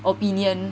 opinion